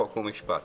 חוק ומשפט.